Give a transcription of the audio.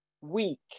weak